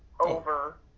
over